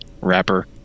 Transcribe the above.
wrapper